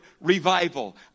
revival